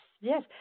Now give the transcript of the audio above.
yes